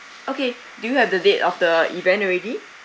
okay do you have the date of the event already